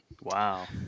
Wow